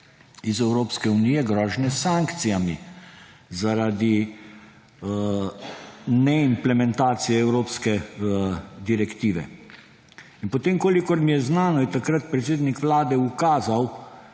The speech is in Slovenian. iz Evropske unije grožnje s sankcijami zaradi neimplementacije evropske direktive. Potem, kolikor mi je znano, je takrat predsednik Vlade ukazal,